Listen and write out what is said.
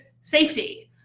safety